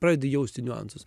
pradedi jausti niuansus